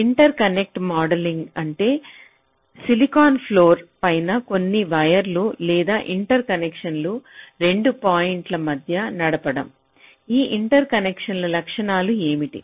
interconnect modelling అంటే silicon floor పైన కొన్ని వైర్లు లేదా ఇంటర్కనెక్షన్లు 2 పాయింట్ల మధ్య నడపడం ఆ ఇంటర్కనెక్షన్ల లక్షణాలు ఏమిటి